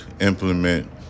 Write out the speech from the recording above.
implement